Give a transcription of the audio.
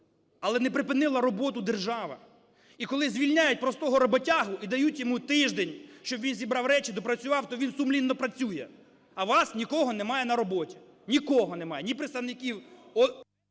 але не припинила роботу держава. І коли звільняють простого роботягу і дають йому тиждень, щоб він зібрав речі, допрацював, то він сумлінно працює, а вас нікого немає на роботі, нікого немає: ні представників...